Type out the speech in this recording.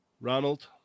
Ronald